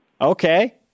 Okay